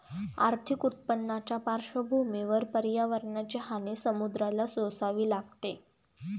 आर्थिक उत्पन्नाच्या पार्श्वभूमीवर पर्यावरणाची हानी समुद्राला सोसावी लागते